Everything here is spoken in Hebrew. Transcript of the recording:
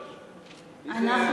לסטלין,